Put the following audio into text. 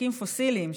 דלקים פוסיליים,